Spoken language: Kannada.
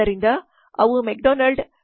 ಆದ್ದರಿಂದ ಅವು ಮೆಕ್ಡೊನಾಲ್ಡ್ಸ್Mc